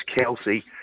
Kelsey